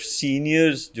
seniors